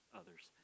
others